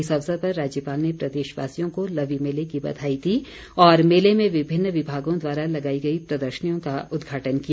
इस अवसर पर राज्यपाल ने प्रदेशवासियों को लवी मेले की बधाई दी तथा मेले में विभिन्न विभागों द्वारा लगाई गई प्रदर्शनियों का उद्घाटन किया